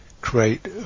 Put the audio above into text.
create